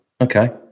okay